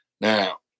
Now